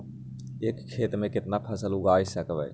एक खेत मे केतना फसल उगाय सकबै?